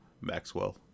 Maxwell